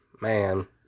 man